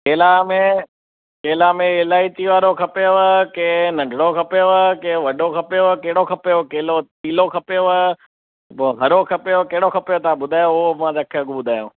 केला में केला में इलायची वारो खपेव कि नंढिड़ो खपेव कि वॾो खपेव कहिड़ो खपेव केलो पीलो खपेव पोइ हरो खपेव कहिड़ो खपेव तव्हां ॿुधायो उहो मां तव्हांखे अघु ॿुधायांव